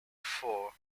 for